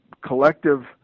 collective